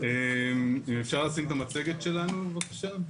אפשר לשים את המצגת שלנו, בבקשה?